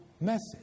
message